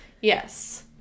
Yes